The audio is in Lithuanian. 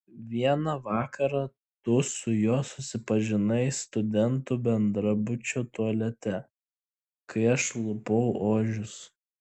vieną vakarą tu su juo susipažinai studentų bendrabučio tualete kai aš lupau ožius